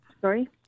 Sorry